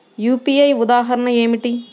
UPI ఉదాహరణ ఏమిటి?